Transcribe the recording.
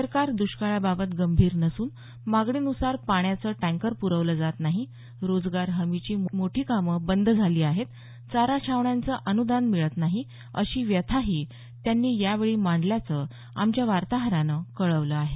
सरकार दुष्काळाबाबत गंभीर नसून मागणीन्सार पाण्याचे टँकर प्रवलं जात नाही रोजगार हमीची मोठी कामं बंद झाली आहेत चारा छावण्यांचं अनुदान मिळत नाही अशा व्यथाही त्यांनी यावेळी मांडल्याचं आमच्या वार्ताहरानं कळवलं आहे